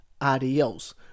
adios